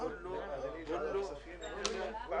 ננעלה בשעה 14:00.